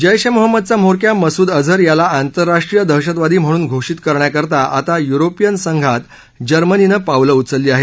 जेश ए मोहम्मदचा म्होरक्या मसूद अजहर याला आंतरराष्ट्रीय दहशतवादी म्हणून घोषित करण्याकरता आता युरोपियन संघात जर्मनीनं पावलं उचलली आहेत